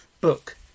book